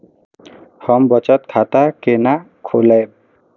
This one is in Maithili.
हम बचत खाता केना खोलैब?